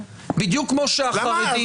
למה?